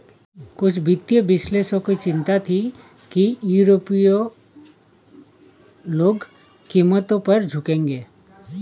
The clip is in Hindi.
कुछ वित्तीय विश्लेषकों को चिंता थी कि यूरोपीय लोग कीमतों पर झुकेंगे